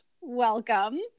welcome